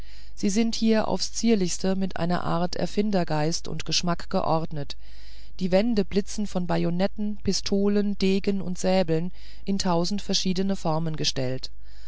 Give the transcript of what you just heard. sie sind hier auf's zierlichste und mit einer art erfindungsgeist und geschmack geordnet die wände blitzen von bajonetten pistolen degen und säbeln in tausend verschiedenen formen gestellt